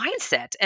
mindset